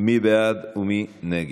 מי בעד ומי נגד?